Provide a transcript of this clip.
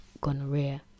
gonorrhea